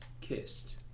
kissed